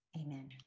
Amen